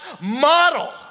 model